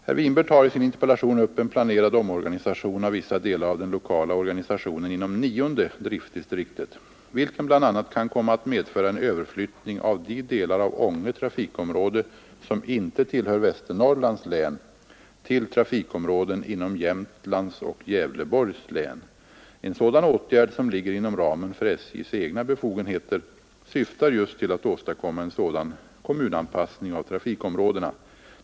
Herr Winberg tar i sin interpellation upp en planerad omorganisation av vissa delar av den lokala organisationen inom nionde driftdistriktet, vilken bl.a. kan komma att medföra en överflyttning av de delar av Ånge trafik område som inte tillhör Västernorrlands län till trafikområden inom Jämtlands och Gävleborgs län. En sådan åtgärd — som ligger inom ramen för SJ:s egna befogenheter — syftar just till att åstadkomma en sådan kommunanpassning av trafikområdena.